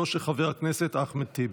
של חבר הכנסת אחמד טיבי.